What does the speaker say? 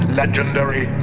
legendary